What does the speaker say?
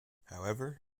however